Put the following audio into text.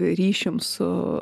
ryšium su